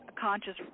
conscious